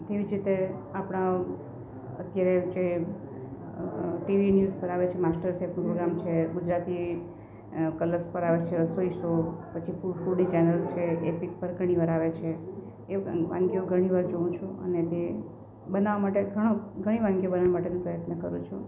તેવી જ રીતે આપણા અત્યારે જે ટીવી ન્યૂઝ પર આવે છે માસ્ટર શેફનો પોગ્રામ છે ગુજરાતી કલર્સ પર આવે છે રસોઈ શો પછી ફૂડી ચેનલ્સ છે એ પિક પર ઘણીવાર આવે છે એવું વાનગીઓ ઘણીવાર જોઉ છું અને તે બનાવા માટે ઘણો ઘણી વાનગીઓ બનાવા માટેનો પ્રયત્ન કરું છું